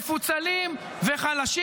מפוצלים וחלשים,